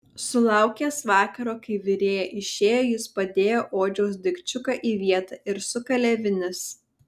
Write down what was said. sulaukęs vakaro kai virėja išėjo jis padėjo odžiaus daikčiuką į vietą ir sukalė vinis